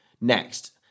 Next